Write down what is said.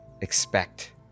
expect